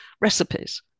recipes